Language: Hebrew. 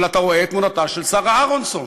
אבל אתה רואה את תמונתה של שרה אהרונסון.